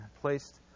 placed